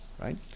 right